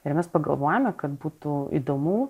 ir mes pagalvojome kad būtų įdomu